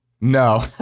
No